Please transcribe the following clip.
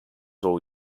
all